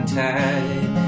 tide